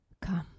Come